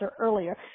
earlier